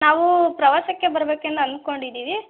ನಾವು ಪ್ರವಾಸಕ್ಕೆ ಬರ್ಬೇಕೆಂದು ಅನ್ಕೊಂಡಿದ್ದೀವಿ